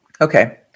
Okay